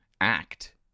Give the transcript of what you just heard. act